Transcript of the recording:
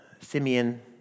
Simeon